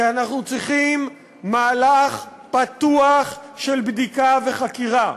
כי אנחנו צריכים מהלך פתוח של בדיקה וחקירה.